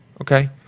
okay